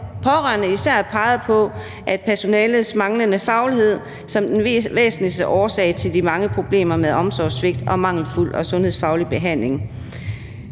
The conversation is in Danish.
Pårørende har især peget på personalets manglende faglighed som den væsentligste årsag til de mange problemer med omsorgssvigt og mangelfuld og sundhedsfarlig behandling.